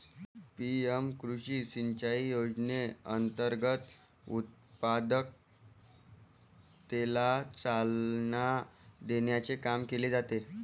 PM कृषी सिंचाई योजनेअंतर्गत उत्पादकतेला चालना देण्याचे काम केले जाते